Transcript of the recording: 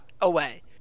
away